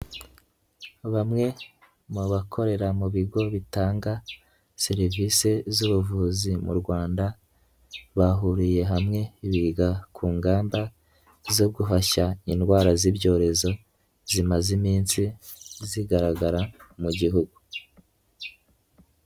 Bamwe mu bakorera mu bigo bitanga serivisi z'ubuvuzi mu Rwanda bahuriye hamwe biga ku ngamba zo guhashya indwara z'ibyorezo zimaze iminsi zigaragara mu Gihugu.